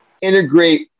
integrate